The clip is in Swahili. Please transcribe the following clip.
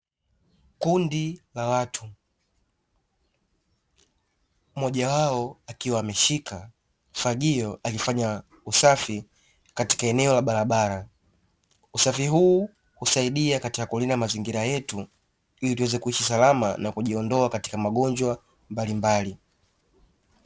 Kundi la watu, mmoja wao akiwa ameshika fagio akifanya usafi katika eneo la barabara. Usafi huu husaidia katika kulinda mazingira yetu ili tuweze kuishi salama na kujiondoa katika magonjwa mbalimbali.